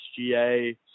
SGA